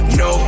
no